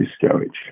Discouraged